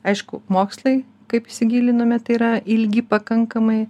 aišku mokslai kaip įsigilinome tai yra ilgi pakankamai